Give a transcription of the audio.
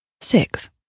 six